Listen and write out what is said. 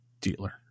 dealer